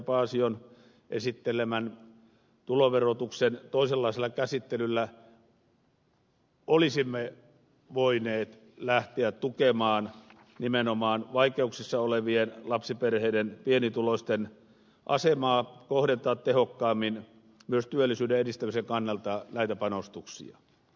paasion esittelemällä tuloverotuksen toisenlaisella käsittelyllä olisimme voineet lähteä tukemaan nimenomaan vaikeuksissa olevien lapsiperheiden pienituloisten asemaa ja kohdentaa tehokkaammin myös työllisyyden edistämisen kannalta näitä panostuksia